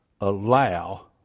allow